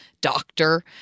doctor